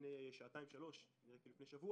לפני שעתיים שלוש זה נראה כאילו לפני שבוע,